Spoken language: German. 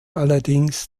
allerdings